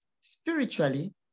spiritually